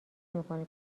میکنه